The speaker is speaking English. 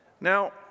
Now